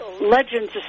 legends